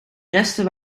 resten